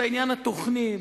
בעניין התוכני,